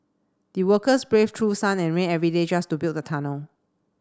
the workers braved through sun and rain every day just to build the tunnel